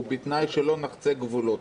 ובתנאי שלא נחצה גבולות.